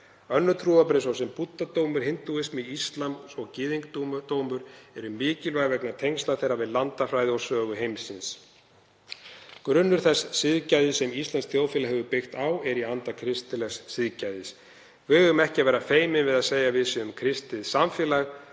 Önnur trúarbrögð, svo sem búddadómur, hindúasiður, íslam og gyðingdómur, eru mikilvæg vegna tengsla þeirra við landafræði og sögu heimsins. Grunnur þess siðgæðis sem íslenskt þjóðfélag hefur byggt á er í anda kristilegs siðgæðis. „Við eigum ekki að vera feimin við að segja að við séum kristið samfélag,“